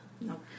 No